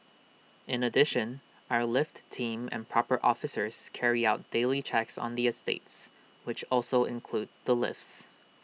in addition our lift team and proper officers carry out daily checks on the estates which also include the lifts